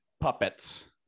puppets